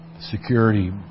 security